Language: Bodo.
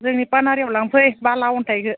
जोंनि पानेरियाव लांफै बाला अन्थाइखो